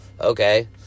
Okay